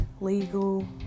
legal